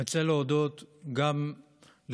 אני רוצה להודות גם לך,